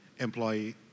employee